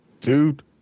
dude